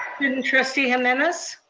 student trustee jimenez.